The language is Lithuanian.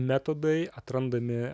metodai atrandami